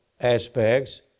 aspects